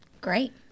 Great